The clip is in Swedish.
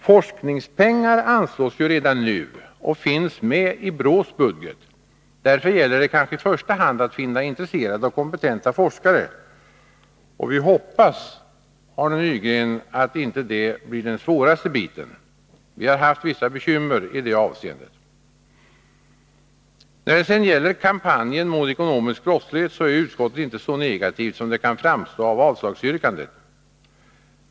Forskningspengar anslås ju redan nu och finns med i BRÅ:s budget. Där gäller det kanske i första hand att finna intresserade och kompetenta forskare. Vi hoppas, Arne Nygren, att inte det blir den svåraste biten. Vi har dock haft vissa bekymmer i det avseendet. När det sedan gäller kampanjen mot ekonomisk brottslighet är utskottet inte så negativt som det kan framstå av avslagsyrkandet.